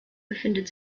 befindet